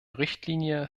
richtlinie